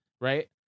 Right